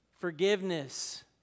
Forgiveness